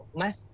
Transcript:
mas